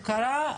המיזוג קרה.